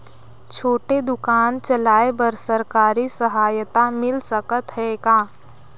छोटे दुकान चलाय बर सरकारी सहायता मिल सकत हे का?